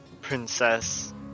princess